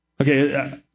okay